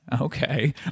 okay